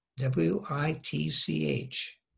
W-I-T-C-H